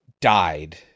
died